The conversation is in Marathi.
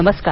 नमस्कार